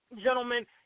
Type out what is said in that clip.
gentlemen